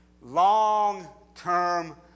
Long-term